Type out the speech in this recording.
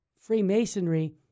Freemasonry